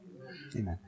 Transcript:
Amen